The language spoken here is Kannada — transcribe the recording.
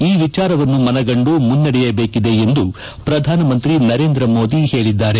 ಈ ವಿಚಾರವನ್ನು ಮನಗಂಡು ಮುನ್ನಡೆಯಬೇಕಿದೆ ಎಂದು ಶ್ರಧಾನಮಂತ್ರಿ ನರೇಂದ್ರ ಮೋದಿ ಹೇಳಿದ್ದಾರೆ